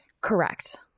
correct